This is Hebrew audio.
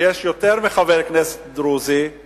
כשיש יותר מחבר כנסת דרוזי אחד